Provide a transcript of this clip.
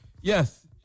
yes